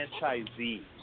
franchisees